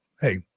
Hey